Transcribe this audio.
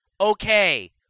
Okay